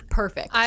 perfect